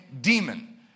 demon